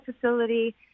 facility